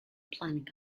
planning